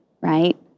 right